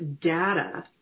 data